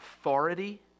authority